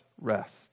rest